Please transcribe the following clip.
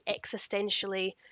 existentially